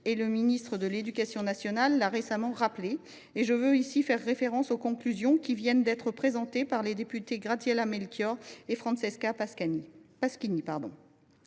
et le ministre de l’éducation nationale l’a récemment rappelé. Je veux également faire référence aux conclusions qui viennent d’être présentées par les députées Graziella Melchior et Francesca Pasquini.